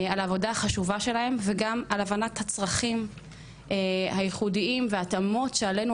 על העבודה החשובה שלהן וגם על הבנת הצרכים הייחודיים והתאמות שעלינו